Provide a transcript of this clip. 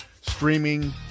streaming